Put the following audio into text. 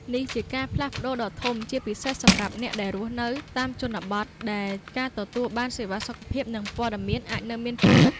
នេះជាការផ្លាស់ប្តូរដ៏ធំ ជាពិសេសសម្រាប់អ្នកដែលរស់នៅតាមជនបទ ដែលការទទួលបានសេវាសុខភាព និងព័ត៌មានអាចនៅមានកម្រិត។